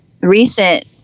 recent